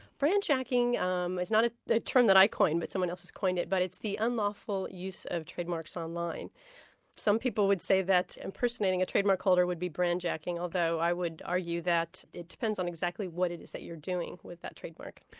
brandjacking um is not a term that i coined, but someone else has coined it. but it's the unlawful use of trademarks online some people would say that impersonating a trademark holder would be brandjacking, although i would argue that it depends on exactly what it is that you're doing with that trademark.